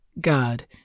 God